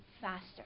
faster